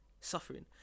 suffering